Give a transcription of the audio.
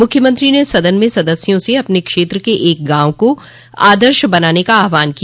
मुख्यमंत्री ने सदन में सदस्यों से अपने क्षेत्र के एक गांव को आदर्श बनाने का आह्वान किया